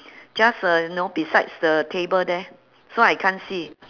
just uh you know besides the table there so I can't see